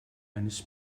eines